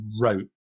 wrote